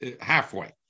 halfway